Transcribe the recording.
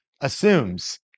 assumes